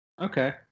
Okay